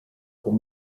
con